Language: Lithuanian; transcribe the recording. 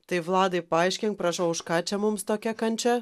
tai vladai paaiškink prašau už ką čia mums tokia kančia